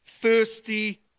thirsty